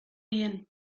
bien